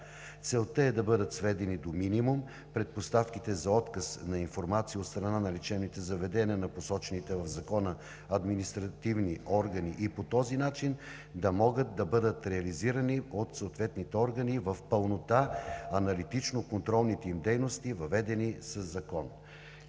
Целта е да бъдат сведени до минимум предпоставките за отказ на информация от страна на лечебните заведения на посочените в Закона административни органи и по този начин да могат да бъдат реализирани от съответните органи в пълнота аналитично-контролните им дейности, въведени със закон.